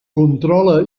controla